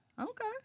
Okay